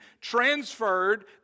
transferred